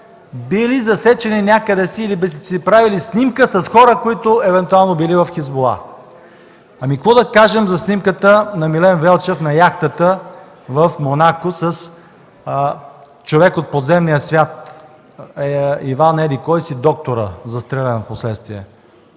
били засечени някъде си или са си правили снимка с хора, които евентуално били в „Хизбула”. Ами какво да кажем за снимката на Милен Велчев на яхтата в Монако с човек от подземния свят – Иван еди-кой си – Доктора, застрелян впоследствие?